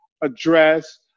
address